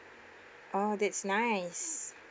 oh that's nice